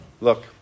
Look